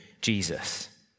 Jesus